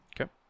Okay